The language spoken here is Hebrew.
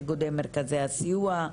איגוד מרכזי הסיוע,